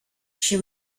she